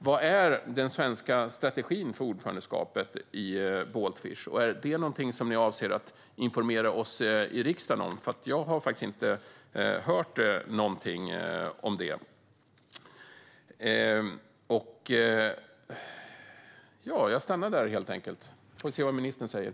Vilken strategi har Sverige för sitt ordförandeskap i Baltfish? Avser ni att informera oss i riksdagen om det? Jag har inte hört något om det.